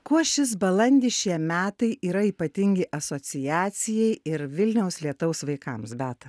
kuo šis balandis šie metai yra ypatingi asociacijai ir vilniaus lietaus vaikams beata